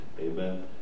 Amen